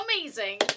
Amazing